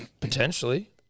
Potentially